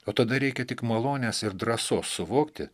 o tada reikia tik malonės ir drąsos suvokti